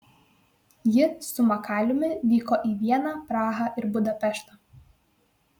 ji su makaliumi vyko į vieną prahą ir budapeštą